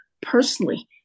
personally